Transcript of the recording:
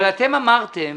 אתם אמרתם